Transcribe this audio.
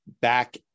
back